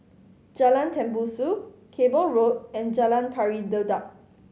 Jalan Tembusu Cable Road and Jalan Pari Dedap